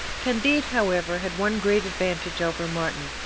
candide, however, had one great advantage over martin,